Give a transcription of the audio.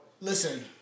Listen